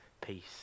peace